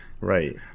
Right